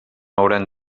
hauran